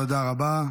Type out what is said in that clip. תודה רבה.